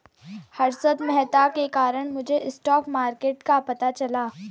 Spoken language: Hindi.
हर्षद मेहता के कारण मुझे स्टॉक मार्केट का पता चला